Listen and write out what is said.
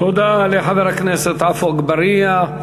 תודה לחבר הכנסת עפו אגבאריה.